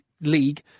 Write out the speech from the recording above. league